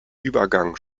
übergang